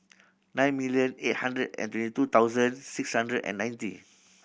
nine million eight hundred and twenty two thousand six hundred and ninety